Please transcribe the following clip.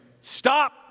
stop